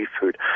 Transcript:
seafood